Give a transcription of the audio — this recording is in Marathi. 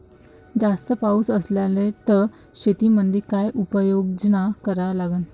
जास्त पाऊस असला त शेतीमंदी काय उपाययोजना करा लागन?